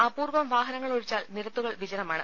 അപൂർവ്വം വാഹന ങ്ങളൊഴിച്ചാൽ നിരത്തുകൾ വിജനമാണ്